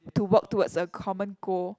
to work towards a common goal